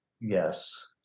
Yes